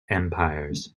empires